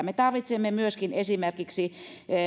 me tarvitsemme myöskin esimerkiksi